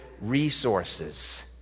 resources